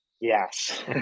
yes